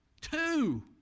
Two